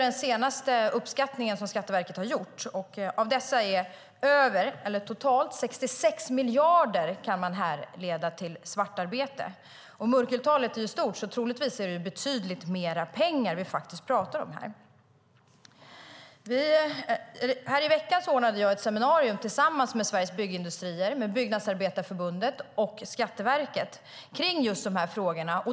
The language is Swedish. Den senaste uppskattningen gjordes av Skatteverket 2007. Totalt 66 miljarder kunde man då härleda till svartarbete. Mörkertalet är stort, så troligtvis pratar vi om betydligt mer pengar. I veckan anordnade jag ett seminarium tillsammans med Sveriges Byggindustrier, Byggnadsarbetareförbundet och Skatteverket om just dessa frågor.